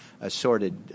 assorted